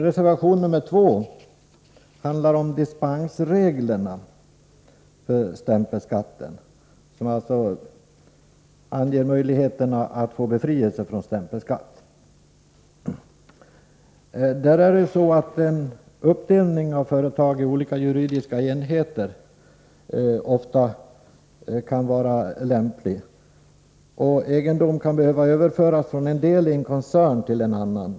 Reservation 2 handlar om möjligheterna att få befrielse från stämpelskatt. En uppdelning på olika juridiska företagsenheter kan ofta vara lämplig. Egendom kan behöva överföras från en del av en koncern till en annan.